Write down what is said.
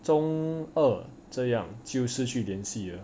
中二这样就失去联系